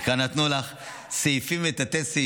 וכאן נתנו לך סעיפים ותתי-סעיפים.